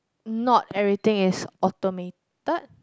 not everything is automated